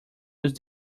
use